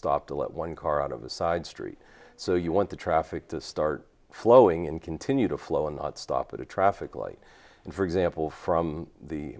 stop to let one car out of the side street so you want the traffic to start flowing and continue to flow and not stop at a traffic light for example from the